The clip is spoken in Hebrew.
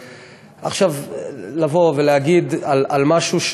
לבוא ולהגיד על משהו,